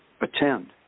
attend